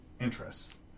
interests